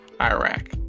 Iraq